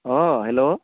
अ हेल'